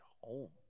home